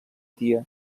tia